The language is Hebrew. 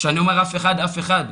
וכשאני אומר אף אחד, אז זה אף אחד.